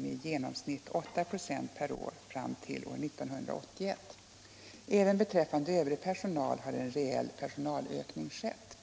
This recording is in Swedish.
med i genomsnitt 8 X per år fram till år 1981. Även beträffande övrig personal har en reell personalökning skett.